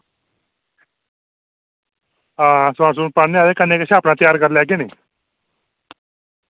आं सोहां पाने आं ते कन्नै किश त्यार करी लैगे नी